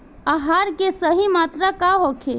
आहार के सही मात्रा का होखे?